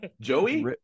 Joey